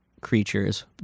creatures